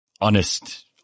honest